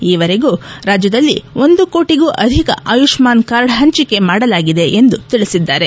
ಈವರೆಗೂ ರಾಜ್ಯದಲ್ಲಿ ಒಂದು ಕೋಟಗೂ ಅಧಿಕ ಆಯುಷ್ಣಾನ್ ಕಾರ್ಡ್ ಹಂಚಿಕೆ ಮಾಡಲಾಗಿದೆ ಎಂದು ತಿಳಿಸಿದ್ದಾರೆ